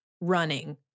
running